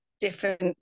different